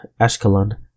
Ashkelon